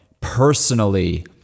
personally